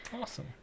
awesome